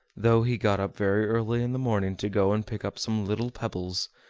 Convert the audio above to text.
though he got up very early in the morning to go and pick up some little pebbles,